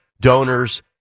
donors